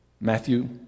Matthew